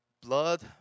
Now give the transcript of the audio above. Blood